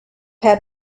had